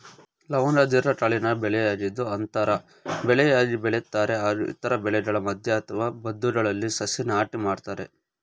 ಲವಂಗ ದೀರ್ಘಕಾಲೀನ ಬೆಳೆಯಾಗಿದ್ದು ಅಂತರ ಬೆಳೆಯಾಗಿ ಬೆಳಿತಾರೆ ಹಾಗೂ ಇತರ ಬೆಳೆಗಳ ಮಧ್ಯೆ ಅಥವಾ ಬದುಗಳಲ್ಲಿ ಸಸಿ ನಾಟಿ ಮಾಡ್ತರೆ